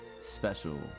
special